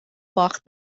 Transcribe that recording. باخت